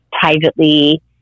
privately